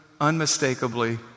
unmistakably